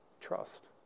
Trust